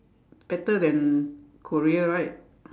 better than Korea right